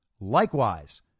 Likewise